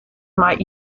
might